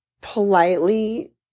politely